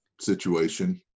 situation